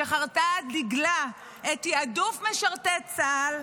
שחרתה על דגלה את תיעדוף משרתי צה"ל,